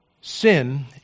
Sin